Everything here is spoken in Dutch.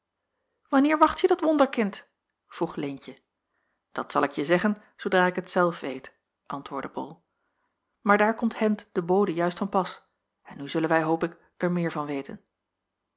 wanneer wacht je dat wonderkind vroeg leentje dat zal ik je zeggen zoodra ik het zelf weet antwoordde bol maar daar komt hendt de bode juist van pas en nu zullen wij hoop ik er meer van weten